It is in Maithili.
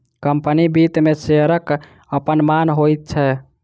कम्पनी वित्त मे शेयरक अपन मान होइत छै